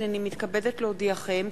הנני מתכבדת להודיעכם,